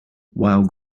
while